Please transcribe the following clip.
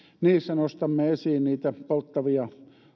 niissä nostamme esiin niitä polttavia